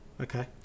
Okay